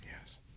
yes